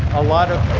a lot of